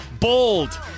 bold